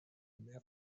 mer